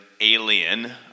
alien